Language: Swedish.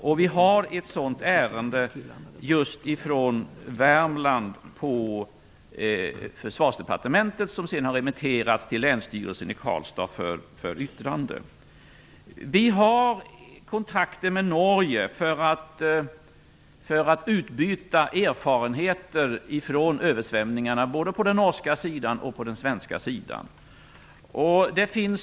Vi har på Försvarsdepartementet ett sådant ärende just från Värmland som har remitterats till länsstyrelsen i Karlstad för yttrande. Vi har kontakter med Norge för att utbyta erfarenheter från översvämningarna, både på den norska sidan och på den svenska sidan.